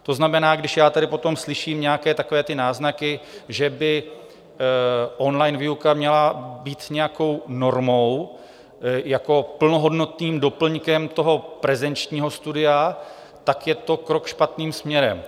To znamená, když já tady potom slyším nějaké takové ty náznaky, že by online výuka měla být nějakou normou, plnohodnotným doplňkem prezenčního studia, tak je to krok špatným směrem.